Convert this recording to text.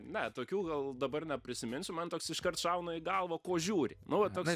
na tokių gal dabar neprisiminsiu man toks iškart šauna į galvą ko žiūri nu va toks